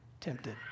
tempted